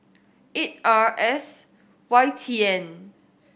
eight R S Y T N